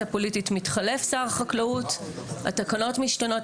הפוליטית מתחלף שר החקלאות והתקנות משתנות.